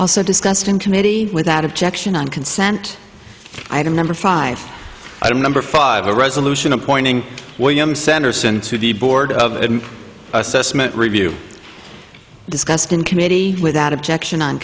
also discussed in committee without objection on consent item number five i'm number five a resolution appointing william sanderson to the board of assessment review discussed in committee without objection on